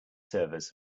servers